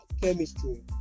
chemistry